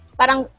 parang